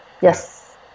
Yes